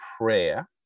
prayer